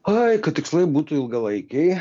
oi kad tikslai būtų ilgalaikiai